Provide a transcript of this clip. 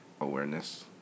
awareness